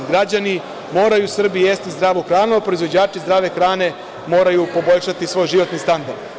Građani moraju u Srbiji jesti zdravu hranu, a proizvođači zdrave hrane moraju poboljšati svoj životni standard.